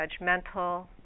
judgmental